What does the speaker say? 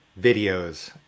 videos